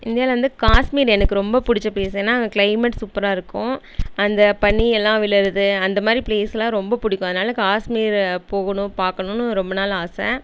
இந்தியாவில் வந்து காஷ்மீர் எனக்கு ரொம்ப பிடிச்ச பிளேஸ் ஏன்னா அங்கே கிளைமேட் சூப்பராக இருக்கும் அந்த பனி எல்லாம் விழுறது அந்த மாதிரி பிளேஸுலாம் ரொம்ப பிடிக்கும் அதனால் காஷ்மீர் போகணும் பார்க்கணுன்னு ரொம்ப நாள் ஆசை